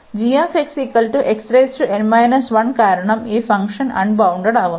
കൂടാതെ കാരണം ഈ ഫoഗ്ഷൻ അൺബൌൺണ്ടഡാകുന്നു